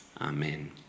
amen